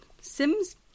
Sims